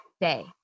day